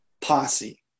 posse